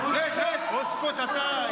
אוסקוט אתה, יאללה.